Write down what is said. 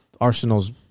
Arsenal's